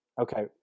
Okay